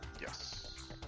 Yes